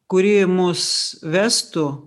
kuri mus vestų